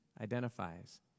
identifies